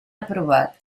aprovat